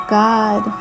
god